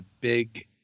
big